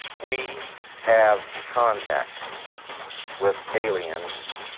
we have contact with aliens,